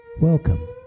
Welcome